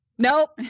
Nope